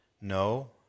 no